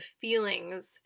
feelings